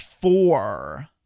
four